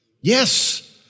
Yes